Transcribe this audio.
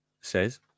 says